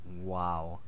Wow